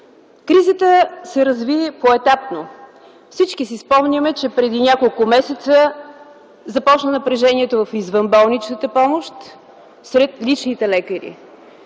Кризата се разви поетапно. Всички си спомняме, че преди няколко месеца започна напрежението в извънболничната помощ сред личните лекари.